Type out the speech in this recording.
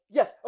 Yes